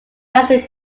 elastic